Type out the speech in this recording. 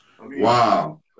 Wow